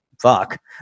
fuck